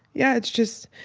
yeah, it's just,